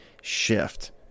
shift